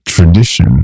tradition